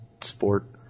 sport